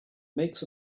makes